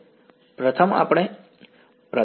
વિદ્યાર્થી પ્રથમ આપણે